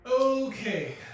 Okay